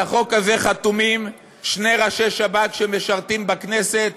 על החוק הזה חתומים שני ראשי שב"כ שמשרתים בכנסת,